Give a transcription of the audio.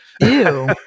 Ew